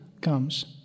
comes